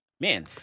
man